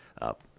up